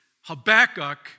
Habakkuk